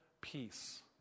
Peace